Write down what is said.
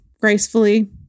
gracefully